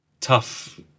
tough